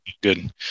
Good